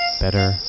Better